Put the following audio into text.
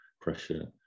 pressure